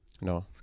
no